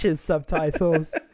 subtitles